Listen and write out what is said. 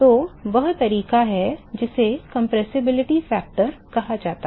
तो वह तरीका है जिसे कंप्रेसिबिलिटी फैक्टर कहा जाता है